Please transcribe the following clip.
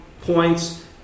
points